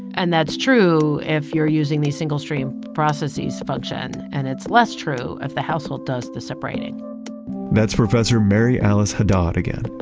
and that's true if you're using these single-stream processes function, and it's less true if the household does the separating that's professor mary alice haddad again.